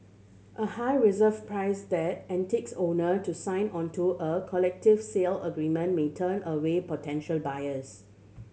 a high reserve price that owner to sign onto a collective sale agreement may turn away potential buyers